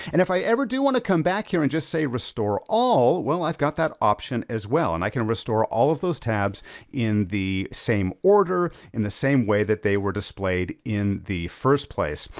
and if i ever do wanna come back here, and just say, restore all, well, i've got that option as well. and i can restore all of those tabs in the same order, in the same way that they were displayed in the first place.